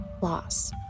Loss